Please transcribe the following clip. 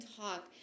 talk